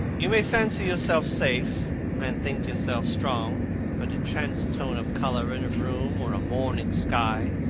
you may fancy yourself safe and think yourself strong. but a chance tone of colour in a room or a morning sky,